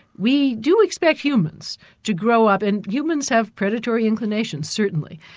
we do expect humans to grow up and humans have predatory inclinations certainly,